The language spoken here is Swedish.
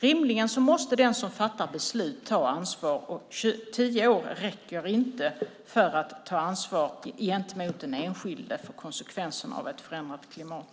Rimligen måste den som fattar beslutet ta ansvar, och tio år räcker inte för att ta ansvar gentemot den enskilde för konsekvenserna av ett förändrat klimat.